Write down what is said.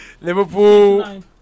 liverpool